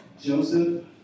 Joseph